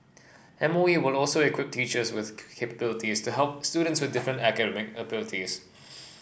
M O E will also equip teachers with capabilities to help students with different academic abilities